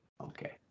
okay